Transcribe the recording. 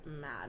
mad